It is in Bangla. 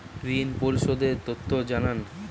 ঋন পরিশোধ এর তথ্য জানান